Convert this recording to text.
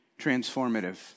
transformative